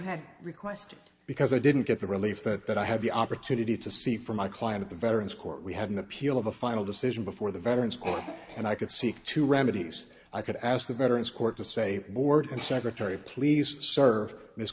had requested because i didn't get the relief that that i had the opportunity to see for my client at the veterans court we had an appeal of a final decision before the veterans court and i could seek to remedy this i could ask the veterans court to say board and secretary please serve